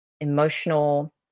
emotional